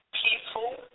peaceful